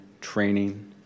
training